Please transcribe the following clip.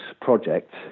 project